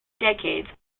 decades